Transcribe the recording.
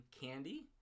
candy